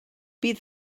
bydd